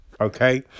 okay